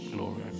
Glory